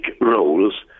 roles